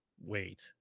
Wait